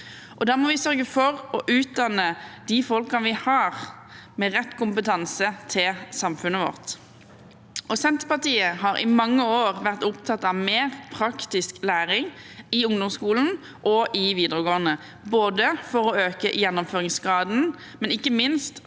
må vi sørge for å utdanne de folkene vi har, med rett kompetanse til samfunnet vårt. Senterpartiet har i mange år vært opptatt av mer praktisk læring i ungdomsskolen og i videregående, både for å øke gjennomføringsgraden og ikke minst